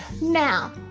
now